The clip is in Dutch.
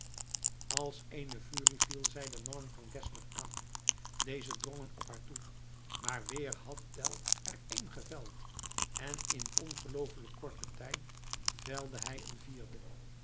als eene furie viel zij de mannen van geszler aan dezen drongen op haar toe maar weer had tell er één geveld en in ongelooflijk korten tijd velde hij een vierden